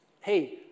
Hey